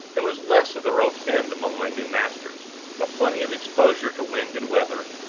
there was less of the rope's-end among my new masters but plenty of exposure to wind and weather,